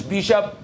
Bishop